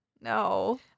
No